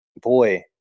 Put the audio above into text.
Boy